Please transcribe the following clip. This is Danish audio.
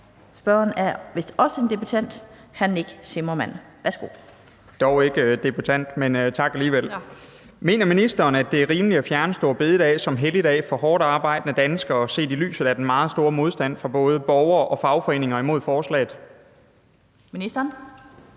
(Annette Lind): Værsgo. Kl. 14:56 Nick Zimmermann (DF): Jeg er ikke debutant, men tak alligevel. Mener ministeren, at det er rimeligt at fjerne store bededag som helligdag for hårdtarbejdende danskere, set i lyset af den meget store modstand fra både borgere og fagforeninger mod forslaget? Kl.